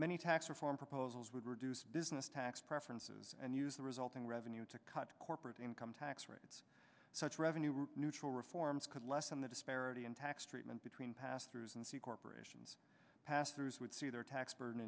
many tax reform proposals would reduce business tax preferences and use the resulting revenue to cut corporate income tax rates such revenue neutral reforms could lessen the disparity in tax treatment between pastors and c corporations pastors would see their tax bur